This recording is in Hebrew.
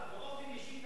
אדוני השר,